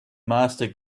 master